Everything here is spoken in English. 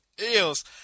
Eels